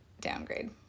downgrade